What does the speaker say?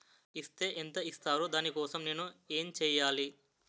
Is తే ఎంత ఇస్తారు దాని కోసం నేను ఎంచ్యేయాలి?